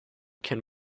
can